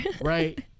Right